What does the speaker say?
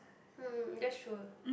hmm that's true